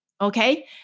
okay